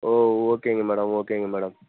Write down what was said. ஓ ஓகேங்க மேடம் ஓகேங்க மேடம்